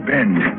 Bend